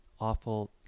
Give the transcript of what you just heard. awful